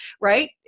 Right